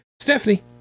Stephanie